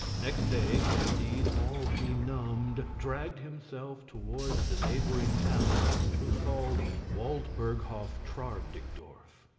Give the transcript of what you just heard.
next day candide, all benumbed, dragged himself towards the neighbouring town which was called waldberghofftrarbk-dikdorff,